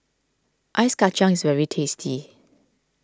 Ice Kacang is very tasty